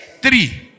Three